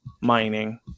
mining